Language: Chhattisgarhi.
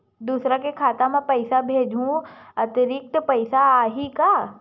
दूसरा के खाता म पईसा भेजहूँ अतिरिक्त पईसा लगही का?